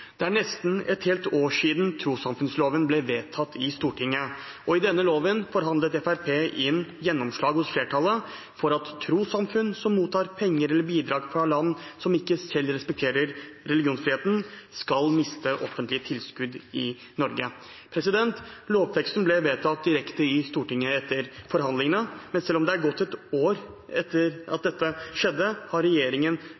Det er nesten et helt år siden trossamfunnsloven ble vedtatt i Stortinget. I denne loven forhandlet Fremskrittspartiet inn gjennomslag hos flertallet for at trossamfunn som mottar penger eller bidrag fra land som ikke selv respekterer religionsfriheten, skal miste offentlige tilskudd i Norge. Lovteksten ble vedtatt direkte i Stortinget etter forhandlingene, men selv om det har gått et år etter